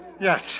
Yes